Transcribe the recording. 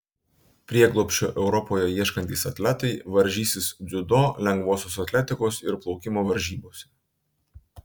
prieglobsčio europoje ieškantys atletai varžysis dziudo lengvosios atletikos ir plaukimo varžybose